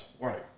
Right